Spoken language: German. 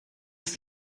ist